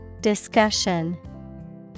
Discussion